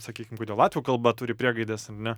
sakykim kodėl latvių kalba turi priegaides ar ne